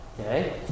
Okay